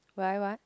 why why